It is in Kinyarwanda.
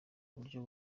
buryo